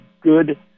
good